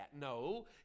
No